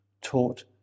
taught